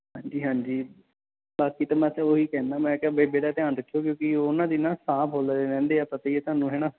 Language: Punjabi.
ਹਾਂਜੀ ਹਾਂਜੀ ਬਾਕੀ ਤਾਂ ਮੈਂ ਤਾਂ ਉਹੀ ਕਹਿੰਦਾ ਮੈਂ ਕਿਹਾ ਬੇਬੇ ਦਾ ਧਿਆਨ ਰੱਖਿਓ ਕਿਉਂਕਿ ਉਹਨਾਂ ਦੀ ਨਾ ਸਾਹ ਫੁੱਲਦੇ ਰਹਿੰਦੇ ਆ ਪਤਾ ਹੀ ਆ ਤੁਹਾਨੂੰ ਹੈ ਨਾ